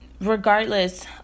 regardless